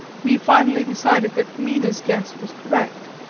we finally decided that mina's guess was correct,